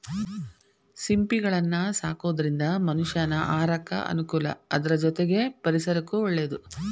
ಸಿಂಪಿಗಳನ್ನ ಸಾಕೋದ್ರಿಂದ ಮನಷ್ಯಾನ ಆಹಾರಕ್ಕ ಅನುಕೂಲ ಅದ್ರ ಜೊತೆಗೆ ಪರಿಸರಕ್ಕೂ ಒಳ್ಳೇದು